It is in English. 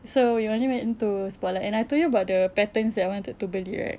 so we only went into spotlight and I told you about the patterns that I wanted to beli right